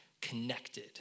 connected